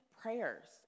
prayers